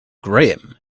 graham